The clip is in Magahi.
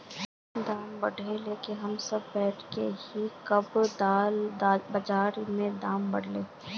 दाम बढ़े के हम सब वैट करे हिये की कब बाजार में दाम बढ़ते?